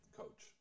coach